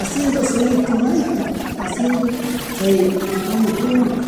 acienda solito maypipish acienda chay amukunapuk